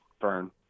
fern